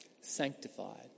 Sanctified